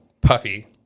puffy